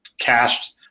cashed